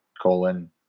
colon